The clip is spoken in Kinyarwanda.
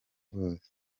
rwose